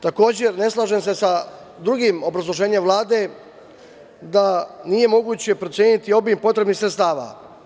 Takođe, ne slažem se sa drugim obrazloženjem Vlade, da nije moguće proceniti obim potrebnih sredstava.